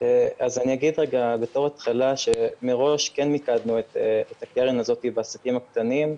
אני אגיד בראש התחלה שמראש מיקדנו את הקרן הזאת בעסקים הקטנים.